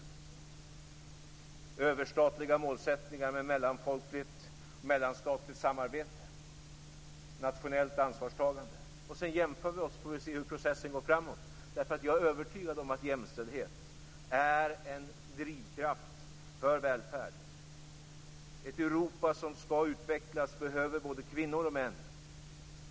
Det gäller överstatliga målsättningar om mellanfolkligt och mellanstatligt samarbete samt ett nationellt ansvarstagande. Låt oss sedan jämföra oss för att se hur processen går framåt. Jag är övertygad om att jämställdhet är en drivkraft för välfärd. Ett Europa som skall utvecklas behöver både kvinnor och män.